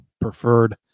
preferred